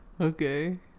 Okay